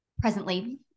presently